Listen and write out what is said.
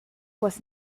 was